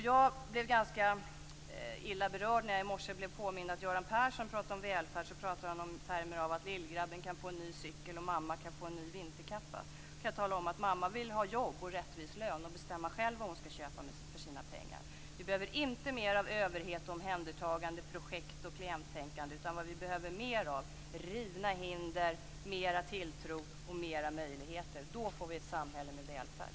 Jag blev ganska illa berörd när jag i morse blev påmind om att när Göran Persson talar om välfärd talar han om den i termer av att lillgrabben kan få en ny cykel och mamman kan få en ny vinterkappa. Jag kan tala om att mamman vill ha ett jobb, en rättvis lön och bestämma själv vad hon skall köpa för sina pengar. Vi behöver inte mer av överhet, omhändertagande, projekt och klienttänkande. Vad vi behöver mer av är rivna hinder, tilltro och fler möjligheter. Då får vi ett samhälle med välfärd.